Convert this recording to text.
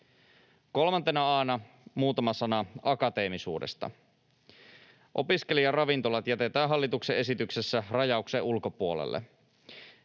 Kolmantena A:na muutama sana akateemisuudesta: Opiskelijaravintolat jätetään hallituksen esityksessä rajauksen ulkopuolelle.